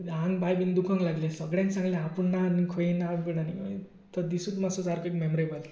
आंग पांय बीन दुखूंक लागलें सगळ्यांक सांगलें तो दिसूच सारको मॅमरेबल